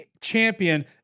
champion